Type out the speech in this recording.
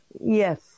Yes